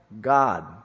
God